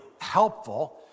helpful